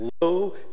low